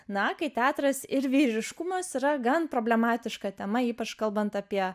na kai teatras ir vyriškumas yra gan problematiška tema ypač kalbant apie